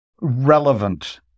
relevant